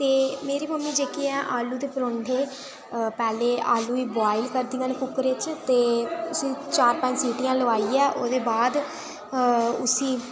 ते मेरी मम्मीं जेह्की ऐ आलू दे परोंठे पैह्लें आलू गी बोआइल करदियां न कुक्करै च उसी चार पंज सीटियां लोआइयै उ'दे बाद